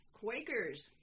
Quakers